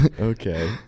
Okay